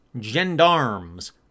gendarmes